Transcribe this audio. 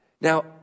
Now